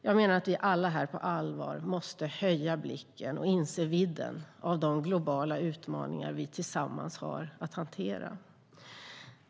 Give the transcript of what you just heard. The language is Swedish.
Jag menar att vi alla här på allvar måste höja blicken och inse vidden av de globala utmaningar vi tillsammans har att hantera.